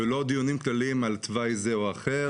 ושלא יהיו דיונים כלליים על תוואי זה או אחר.